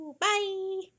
Bye